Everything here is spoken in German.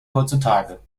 heutzutage